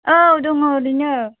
औ दङ ओरैनो